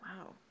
Wow